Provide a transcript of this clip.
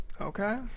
Okay